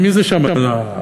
מי זה שם המארגן?